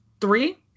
Three